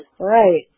Right